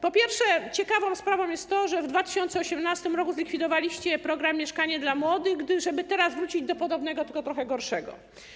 Po pierwsze, ciekawą sprawą jest to, że w 2018 r. zlikwidowaliście program „Mieszkanie dla młodych”, żeby teraz wrócić do podobnego, tylko trochę gorszego.